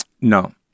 No